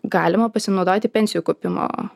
galima pasinaudoti pensijų kaupimo